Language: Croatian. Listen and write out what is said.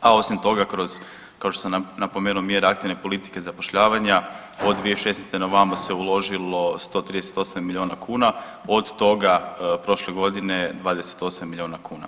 a osim toga kroz kao što sam napomenuo mjera aktivne politike i zapošljavanja od 2016.na ovamo se uložilo 138 milijuna kuna, od toga prošle godine 28 milijuna kuna.